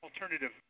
alternative